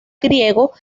griego